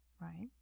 right